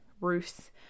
Ruth